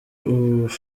ubu